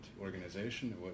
organization